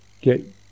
get